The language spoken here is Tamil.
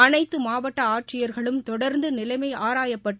அனைத்து மாவட்ட ஆட்சியர்களுடனும் தொடர்ந்து நிலைனம ஆராயப்பட்டு